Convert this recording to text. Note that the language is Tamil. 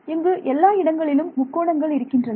இங்கு எல்லா இடங்களிலும் முக்கோணங்கள் இருக்கின்றன